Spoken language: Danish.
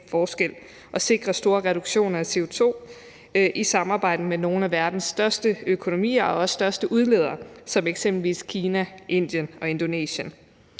forskel og sikre store reduktioner af CO2 i samarbejde med nogle af verdens største økonomier og også største udledere som eksempelvis Kina, Indien og Indonesien.